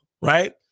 right